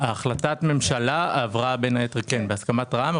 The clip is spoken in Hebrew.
החלטת הממשלה עברה בין היתר בהסכמת רע"מ,